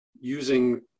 using